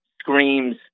screams